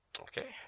Okay